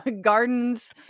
Gardens